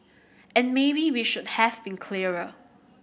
and maybe we should have been clearer